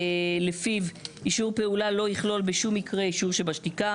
לפיו "אישור פעולה לא יכלול בשום מקרה אישור שבשתיקה.